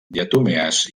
diatomees